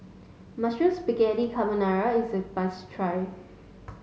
mushroom Spaghetti Carbonara is a must try